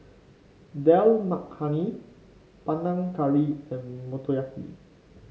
Dal Makhani Panang Curry and Motoyaki